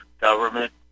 government